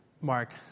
Mark